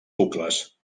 bucles